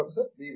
professor B